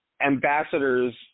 ambassadors